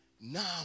Now